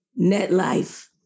NetLife